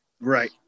Right